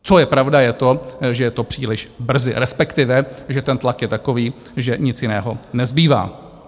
Co je pravda, je to, že je to příliš brzy, respektive že ten tlak je takový, že nic jiného nezbývá.